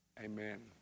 Amen